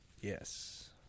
Yes